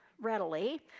readily